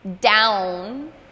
down